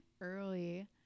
early